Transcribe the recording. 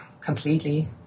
completely